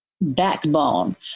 backbone